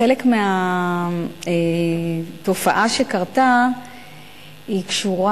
חלק מהתופעה שקרתה קשורה